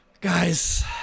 guys